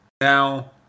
now